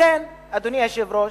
לכן, אדוני היושב-ראש,